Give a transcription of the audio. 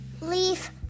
Leaf